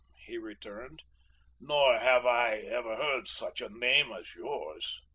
he returned nor have i ever heard such a name as yours.